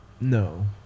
No